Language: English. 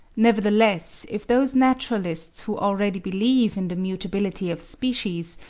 nevertheless if those naturalists who already believe in the mutability of species,